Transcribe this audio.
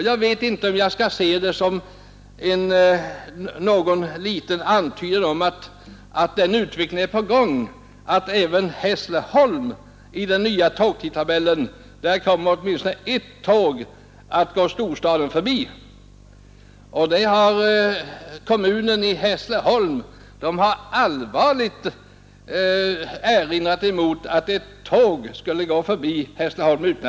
Jag vet inte om jag skall se en antydan om den kommande utvecklingen i det förhållandet att i den nya tågtidtabellen åtminstone ett tåg kommer att passera Hässleholm utan att stanna. Hässleholms kommun har allvarligt erinrat mot att ett fjärrtåg, som går till Stockholm kl.